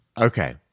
Okay